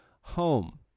home